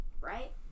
right